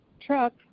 truck